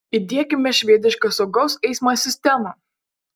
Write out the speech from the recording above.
įdiekime švedišką saugaus eismo sistemą